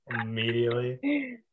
immediately